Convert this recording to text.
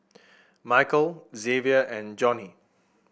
Michael Xavier and Joni